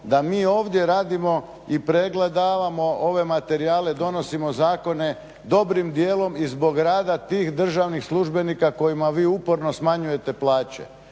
da mi ovdje radimo i pregledavamo ove materijale, donosimo zakone dobrim dijelom i zbog rada tih državnih službenika kojima vi uporno smanjujete plaće.